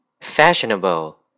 fashionable